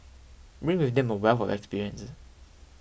bring with them a wealth of experience